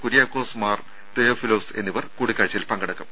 കുര്യാക്കോസ് മാർ തെയോഫിലോസ് എന്നിവർ കൂടിക്കാഴ്ചയിൽ പങ്കെടുക്കും